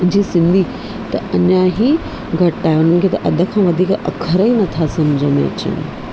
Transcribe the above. जी सिंधी त अञा ई घटि आहे उन्हनि खे त अध खां वधीक अख़र ई नथा सम्झि में अचनि